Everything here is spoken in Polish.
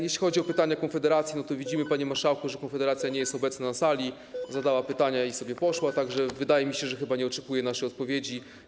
Jeśli chodzi o pytania Konfederacji, to widzimy, panie marszałku, że posłowie Konfederacji nie są obecni na sali, zadali pytania i sobie poszli, tak że wydaje mi się, że chyba nie oczekują naszej odpowiedzi.